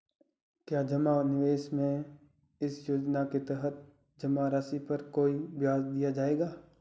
क्या जमा निवेश में इस योजना के तहत जमा राशि पर कोई ब्याज दिया जाएगा?